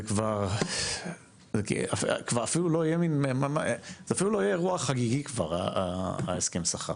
זה כבר אפילו לא יהיה רוח חגיגי ההסכם שכר.